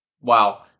wow